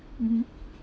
mmhmm